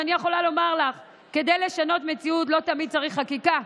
ואני יכולה לומר לך שכדי לשנות מציאות לא תמיד צריך חקיקה.